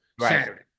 Saturday